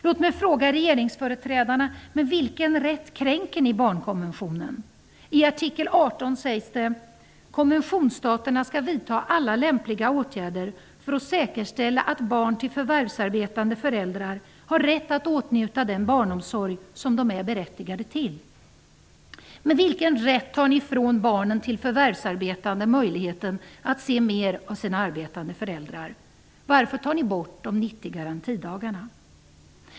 Låt mig fråga regeringsföreträdarna: Med vilken rätt kränker ni barnkonventionen? I artikel 18 sägs det: Konventionsstaterna skall vidta alla lämpliga åtgärder för att säkerställa att barn till förvärvsarbetande föräldrar har rätt att åtnjuta den barnomsorg som de är berättigade till. Med vilken rätt tar ni ifrån barnen till förvärvsarbetande möjligheten att se mera av sina arbetande föräldrar? Varför tar ni bort de 90 garantidagarna?